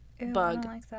Bug